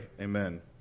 amen